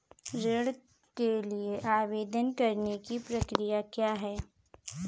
ऋण के लिए आवेदन करने की प्रक्रिया क्या है?